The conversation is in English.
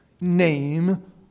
name